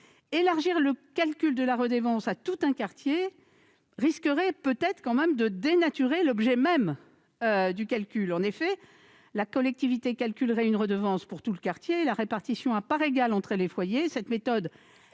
Élargir le calcul de la redevance à tout un quartier pourrait dénaturer l'objet même du calcul. En effet, la collectivité calculerait une redevance pour tout le quartier et la répartirait à parts égales entre les foyers. Cette méthode